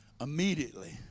Immediately